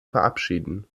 verabschieden